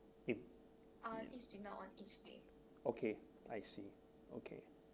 okay I see